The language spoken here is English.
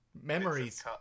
memories